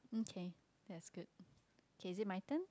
okay that's good okay is it my turn